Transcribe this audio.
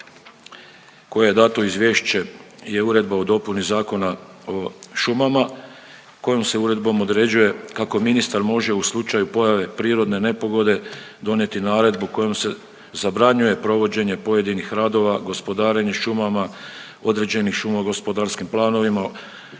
koja je dato izvješće je Uredba o dopuni Zakona o šumama, kojom se uredbom određuje kako ministar može u slučaju pojave prirodne nepogode, donijeti naredbu kojom se zabranjuje provođenje pojedinih radova, gospodarenje šumama, određeni šumogospodarskim planovima